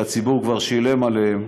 שהציבור כבר שילם עליהם,